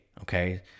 Okay